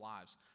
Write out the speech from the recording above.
lives